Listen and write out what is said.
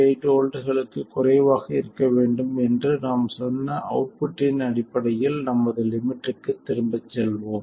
8 வோல்ட்டுகளுக்குக் குறைவாக இருக்க வேண்டும் என்று நாம் சொன்ன அவுட்புட்டின் அடிப்படையில் நமது லிமிட்க்கு திரும்பச் செல்வோம்